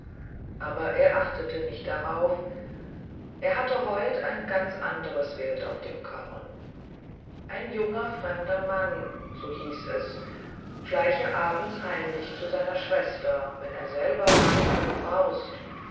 aber er achtete nicht darauf er hatte heut ein ganz anderes wild auf dem korn ein junger fremder mann so hieß es schleiche abends heimlich zu seiner schwester wenn er selber weit im forst